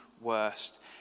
worst